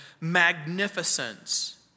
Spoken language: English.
magnificence